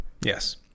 Yes